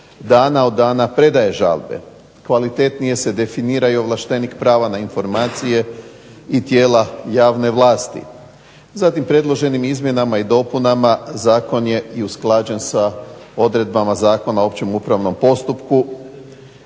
dana od dana predaje žalbe, kvalitetnije se definira i ovlaštenik prava na informacije i tijela javne vlasti. Zatim predloženim izmjenama i dopunama zakon je usklađen i sa odredbama Zakona o opće upravnom postupku.